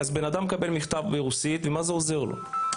אז בן אדם מקבל מכתב ברוסית, ומה זה עוזר לו?